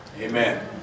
Amen